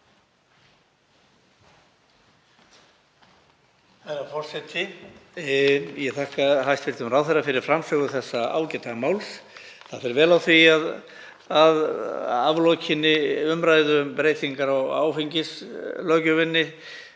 Herra forseti. Ég vil þakka hæstv. ráðherra fyrir framsögu þessa ágæta máls. Það fer vel á því að aflokinni umræðu um breytingar á áfengislöggjöfinni